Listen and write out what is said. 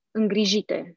îngrijite